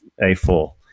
A4